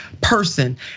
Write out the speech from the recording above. person